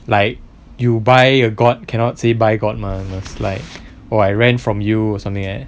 like you buy a god cannot say buy god mah must like oh I rent from you or something like that